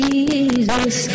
Jesus